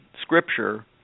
Scripture